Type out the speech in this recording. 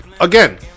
again